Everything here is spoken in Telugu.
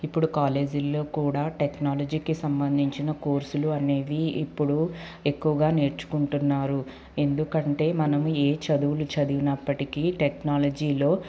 ఇప్పుడు కాలేజీలో కూడా టెక్నాలజీకి సంబంధించిన కోర్సులు అనేవి ఇప్పుడు ఎక్కువుగా నేర్చుకుంటున్నారు ఎందుకంటే మనము ఏ చదువులు చదివినప్పటికీ టెక్నాలజీలో